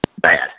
bad